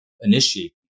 initiate